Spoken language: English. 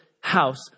house